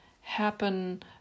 happen